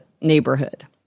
neighborhood